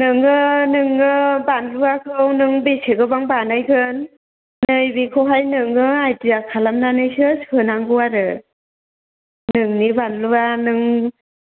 नोङो बानलुखौ नों बेसे गोबां बानायगोन नै बेखौहाय नोङो आयदिया खालामनानैसो सोनांगौ आरो नोंनि बानलुवा नों